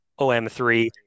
OM3